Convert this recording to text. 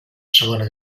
segona